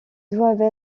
doivent